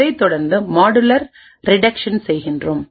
அதைத்தொடர்ந்து modular reduction செய்கின்றோம்